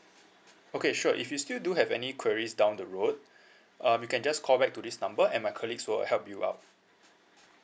okay sure if you still do have any queries down the road um you can just call back to this number and my colleagues will help you out